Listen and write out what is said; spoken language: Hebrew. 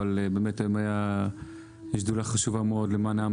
אבל יש שדולה חשובה מאוד למען העם